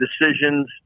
decisions